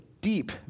deep